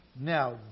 Now